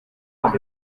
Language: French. quand